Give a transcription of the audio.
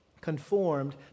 Conformed